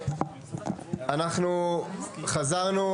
(הישיבה נפסקה בשעה 15:24 ונתחדשה בשעה 15:37.) אנחנו חזרנו,